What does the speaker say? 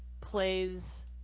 plays